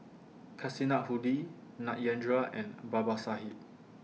Kasinadhuni Satyendra and Babasaheb